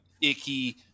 Icky